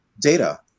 data